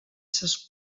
ses